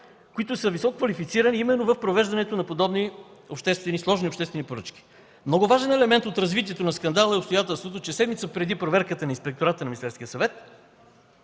които са висококвалифицирани именно в провеждането на подобни сложни обществени поръчки. Много важен елемент от развитието на скандала е и обстоятелството, че седмица преди проверката на Инспектората на Министерския